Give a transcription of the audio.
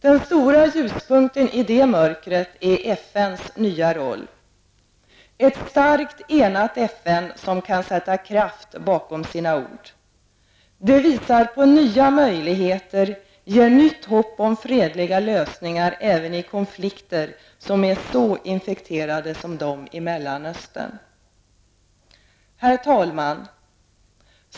Den stora ljuspunkten i detta mörker är FNs nya roll, ett starkt och enat FN som kan sätta kraft bakom sina ord. Det visar på nya möjligheter, ger nytt hopp om fredliga lösningar även i konflikter som är så infekterade som de i Mellanöstern. Herr talman!